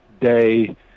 day